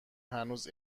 هنوز